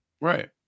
Right